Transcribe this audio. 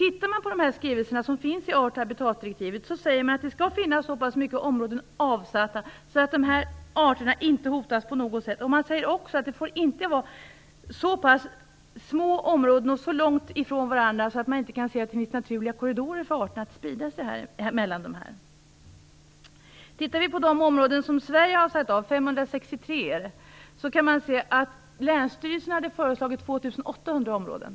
I art och habitatdirektivets skrivelser framgår att det skall finnas tillräckligt med områden avsatta för att dessa arter inte på något sätt skall hotas. Det sägs också att områdena inte får vara alltför små och inte ligga alltför långt ifrån varandra. Det måste finnas naturliga korridorer mellan områdena så att arterna kan sprida sig. Sverige har avsatt 563 områden. Länsstyrelsen hade föreslagit 2 800 områden.